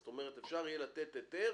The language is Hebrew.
זאת אומרת, אפשר יהיה לתת היתר